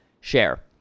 share